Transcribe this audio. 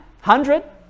Hundred